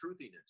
truthiness